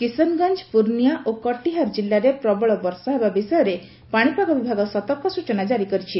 କିଷନଗଞ୍ଜ ପୂର୍ଣ୍ଣିଆ ଓ କଟିହାର ଜିଲ୍ଲାରେ ପ୍ରବଳ ବର୍ଷ ହେବା ବିଷୟରେ ପାଣିପାଗ ବିଭାଗ ସତର୍କ ସୂଚନା ଜାରି କରିଛି